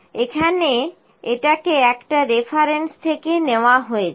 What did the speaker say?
এটাকে এখানের একটা রেফারেন্স থেকে নেওয়া হয়েছে